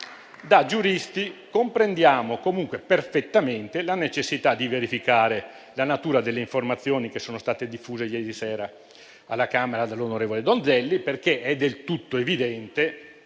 da giuristi comprendiamo perfettamente la necessità di verificare la natura delle informazioni che sono state diffuse ieri sera alla Camera dall'onorevole Donzelli, perché è del tutto evidente